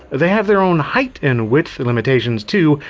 they have their own height and width limitations too,